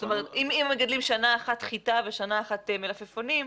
אם מגדלים שנה אחת חיטה ושנה אחת מלפפונים,